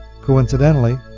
coincidentally